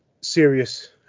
serious